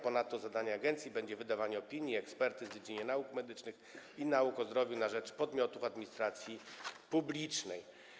Ponadto zadaniem agencji będzie wydawanie opinii i ekspertyz w dziedzinie nauk medycznych i nauk o zdrowiu na rzecz podmiotów administracji publicznej.